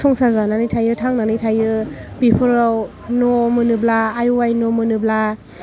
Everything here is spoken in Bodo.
संसार जानानै थायो थांनानै थायो बेफोराव न' मोनोब्ला आइ इउ आइ न' मोनोब्ला